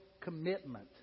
commitment